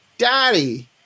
daddy